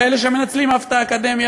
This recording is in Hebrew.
כאלה שמנצלים אף את האקדמיה,